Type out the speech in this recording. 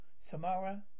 Samara